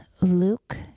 Luke